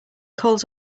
calls